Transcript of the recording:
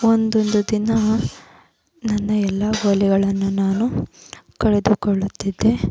ಒಂದೊಂದು ದಿನ ನನ್ನ ಎಲ್ಲ ಗೋಲಿಗಳನ್ನು ನಾನು ಕಳೆದುಕೊಳ್ಳುತ್ತಿದ್ದೆ